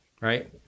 right